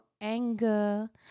anger